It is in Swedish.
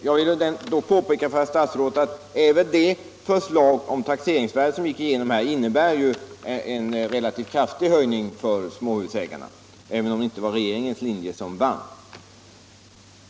Jag vill påpeka för herr statsrådet att även förslaget om taxeringsvärdena, som gick igenom här, innebär en relativt kraftig höjning för småhusägarna, även om inte regeringens linje vann.